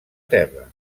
terra